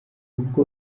ubwo